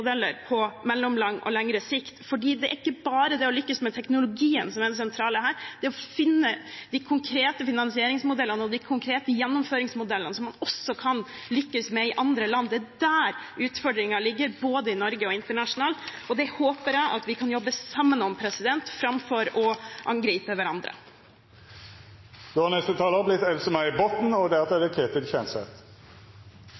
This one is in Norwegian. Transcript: finansieringsmodeller på mellomlang og lengre sikt. Det er ikke bare det å lykkes med teknologien som er det sentrale her, det er å finne de konkrete finansieringsmodellene og de konkrete gjennomføringsmodellene man kan lykkes med også i andre land. Det er der utfordringen ligger både i Norge og internasjonalt. Det håper jeg at vi kan jobbe sammen om – framfor å angripe hverandre.